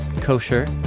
kosher